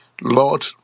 lord